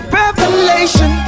revelation